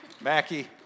Mackie